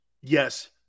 yes